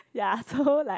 ya so like